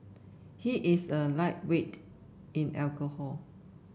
he is a lightweight in alcohol